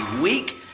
Week